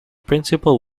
principal